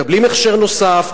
מקבלים הכשר נוסף,